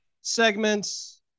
segments